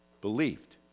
believed